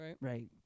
Right